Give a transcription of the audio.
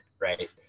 right